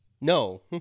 No